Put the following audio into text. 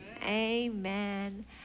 amen